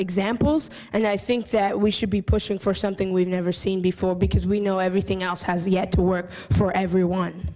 examples and i think that we should be pushing for something we've never seen before because we know everything else has yet to work for everyone